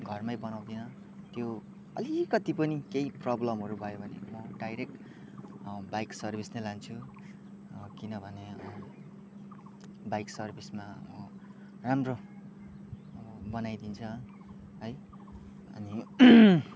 घरमै बनाउँदिनँ त्यो अलिकति पनि केही प्रबलमहरू भयो भने म डाइरेक्ट बाइक सर्भिस नै लान्छु किनभने बाइक सर्भिसमा राम्रो बनाइदिन्छ है अनि